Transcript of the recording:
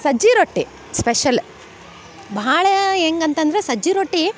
ಸಜ್ಜಿ ರೊಟ್ಟಿ ಸ್ಪೆಷಲ್ ಭಾಳ ಹೆಂಗ್ ಅಂತಂದ್ರ ಸಜ್ಜಿ ರೊಟ್ಟಿ